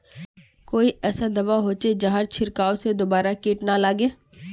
कोई ऐसा दवा होचे जहार छीरकाओ से दोबारा किट ना लगे?